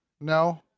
no